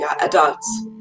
adults